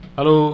Hello